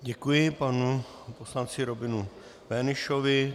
Děkuji panu poslanci Robinu Bönischovi.